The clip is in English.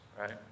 right